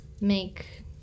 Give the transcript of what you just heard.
make